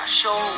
show